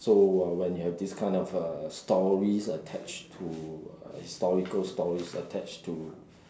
so uh when you have this kind of uh stories attached to historical stories attached to